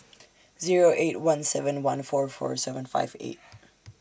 Zero eight one seven one four four seven five eight